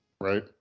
Right